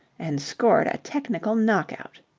and scored a technical knockout.